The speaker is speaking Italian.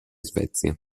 svezia